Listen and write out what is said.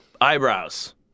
eyebrows